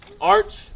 Arch